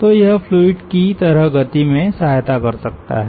तोयह फ्लूइड की तरह गति में सहायता कर सकता है